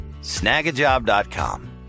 Snagajob.com